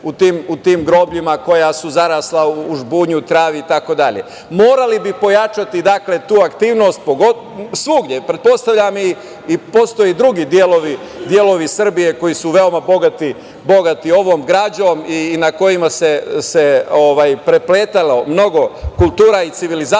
u tim grobljima koja su zarasla u žbunju, travi, itd. Morali bi pojačati tu aktivnost, svugde, postoje i drugi delovi Srbije koji su veoma bogati ovom građom i na kojima se prepletalo mnogo kultura i civilizacija,